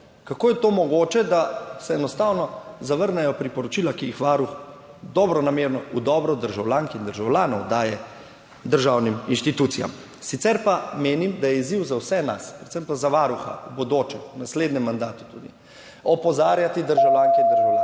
Kako je to mogoče, da se enostavno zavrnejo priporočila, ki jih Varuh dobronamerno, v dobro državljank in državljanov daje državnim inštitucijam? Sicer pa menim, da je izziv za vse nas, predvsem pa za varuha v bodoče, v naslednjem mandatu tudi opozarjati državljanke in državljane,